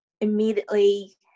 immediately